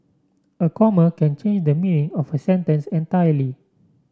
a comma can change the meaning of a sentence entirely